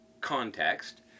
context